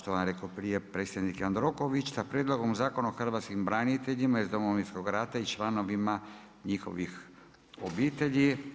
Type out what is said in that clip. je rekao prije predsjednik Jandroković sa Prijedlogom zakona o hrvatskim braniteljima iz Domovinskog rata i članovima njihovih obitelji.